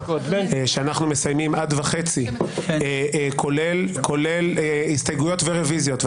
שאנחנו מסיימים עד 13:30 כולל הסתייגויות ורוויזיות,